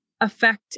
affect